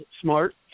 Smart